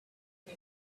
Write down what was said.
but